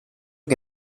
que